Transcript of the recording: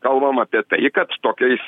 kalbam apie tai kad tokiais